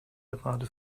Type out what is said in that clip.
gerade